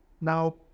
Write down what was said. now